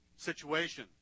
Situation